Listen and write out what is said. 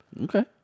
Okay